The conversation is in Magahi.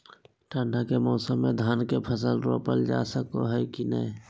ठंडी के मौसम में धान के फसल रोपल जा सको है कि नय?